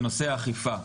בנושא האכיפה,